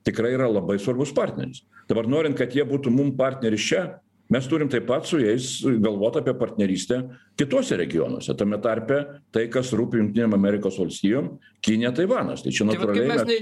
tikrai yra labai svarbus partneris dabar norint kad jie būtų mum partneris čia mes turim taip pat su jais galvot apie partnerystę kituose regionuose tame tarpe tai kas rūpi jungtinėm amerikos valstijom kinija taivanas tai čia natūraliai